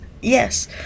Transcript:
yes